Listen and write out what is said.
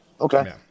Okay